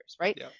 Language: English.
right